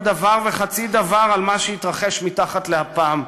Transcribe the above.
דבר וחצי דבר על מה שהתרחש מתחת לאפם,